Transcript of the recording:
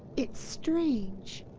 it's strange.